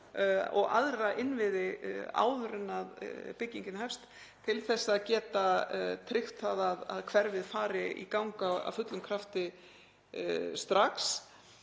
og aðra innviði áður en byggingin hefst til þess að geta tryggt að hverfið fari í gang af fullum krafti strax.